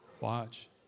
Watch